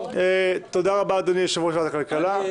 תודה רבה, אדוני יושב-ראש ועדת הכלכלה.